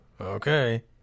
Okay